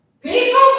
People